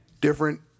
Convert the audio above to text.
different